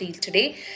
today